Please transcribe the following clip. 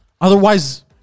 otherwise